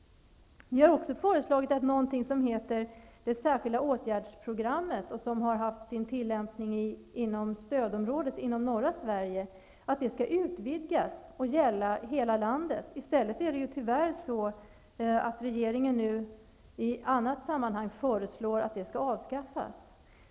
Det finns någonting som heter det särskilda åtgärdsprogrammet, som har haft sin tillämpning inom stödområdet i norra Sverige. Vi har föreslagit att det skall utvidgas och gälla hela landet. I stället föreslår nu regeringen i annat sammanhang att det skall avskaffas.